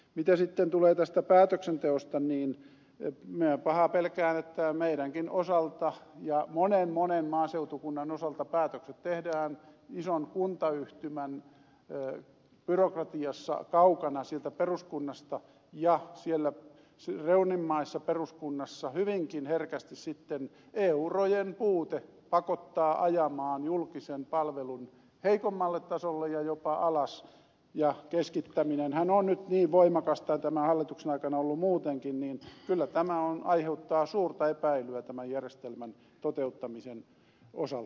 mitä sitten tulee tähän päätöksentekoon niin minä pahaa pelkään että meidänkin osaltamme ja monen monen maaseutukunnan osalta päätökset tehdään ison kuntayhtymän byrokratiassa kaukana sieltä peruskunnasta ja siellä reunimmaisessa peruskunnassa hyvinkin herkästi sitten eurojen puute pakottaa ajamaan julkisen palvelun heikommalle tasolle ja jopa alas ja kun keskittäminenhän on nyt niin voimakasta tämän hallituksen aikana ollut muutenkin niin kyllä tämä aiheuttaa suurta epäilyä tämän järjestelmän toteuttamisen osalta